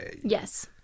Yes